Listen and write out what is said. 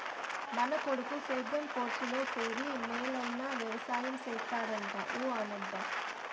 మన కొడుకు సేద్యం కోర్సులో చేరి మేలైన వెవసాయం చేస్తాడంట ఊ అనబ్బా